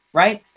right